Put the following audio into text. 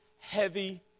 heavy